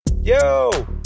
Yo